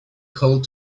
called